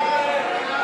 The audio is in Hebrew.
להצביע.